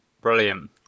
Brilliant